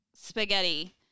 spaghetti